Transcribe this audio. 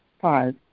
Five